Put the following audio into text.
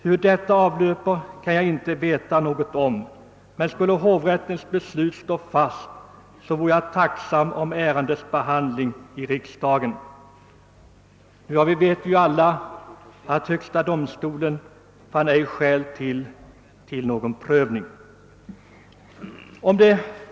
Hur detta avlöper kan jag ju inte veta något om, men skulle hovrättens beslut stå fast; så vore jag tacksam om ärendet behandlades i riksdagen.» Vi vet ju alla att högsta domstolen ej fann skäl meddela prövningstillstånd.